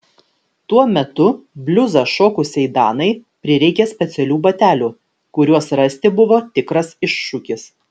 tuo metu bliuzą šokusiai danai prireikė specialių batelių kuriuos rasti buvo tikras iššūkis